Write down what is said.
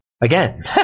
again